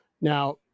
Now